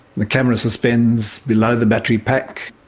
the camera suspends below the battery pack.